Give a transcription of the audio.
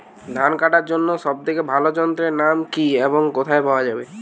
ধান কাটার জন্য সব থেকে ভালো যন্ত্রের নাম কি এবং কোথায় পাওয়া যাবে?